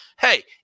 Hey